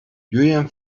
julian